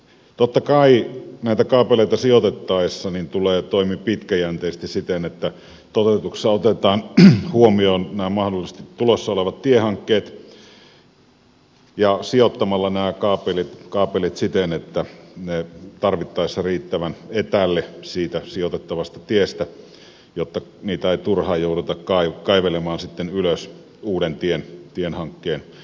totta kai näitä kaapeleita sijoitettaessa tulee toimia pitkäjänteisesti siten että toteutuksessa otetaan huomioon nämä mahdollisesti tulossa olevat tiehankkeet sijoittamalla nämä kaapelit tarvittaessa riittävän etäälle siitä sijoitettavasta tiestä jotta niitä ei turhaan jouduta kaivelemaan sitten ylös uuden tiehankkeen yhteydessä